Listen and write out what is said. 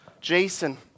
Jason